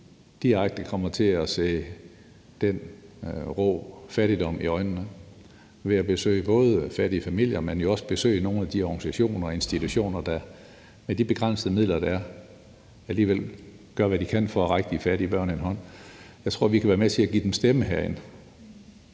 direkte kommer til at se den rå fattigdom i øjnene ved at besøge både fattige familier, men jo også besøge nogle af de organisationer og institutioner, der, med de begrænsede midler, der er, alligevel gør, hvad de kan for at række de fattige børn en hånd. Jeg tror, vi kan være med til at give dem en stemme herinde.